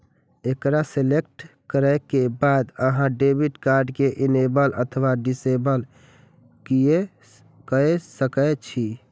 एकरा सेलेक्ट करै के बाद अहां डेबिट कार्ड कें इनेबल अथवा डिसेबल कए सकै छी